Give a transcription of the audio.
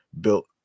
built